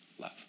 love